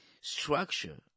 structure